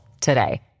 today